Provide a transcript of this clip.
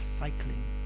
cycling